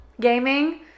Gaming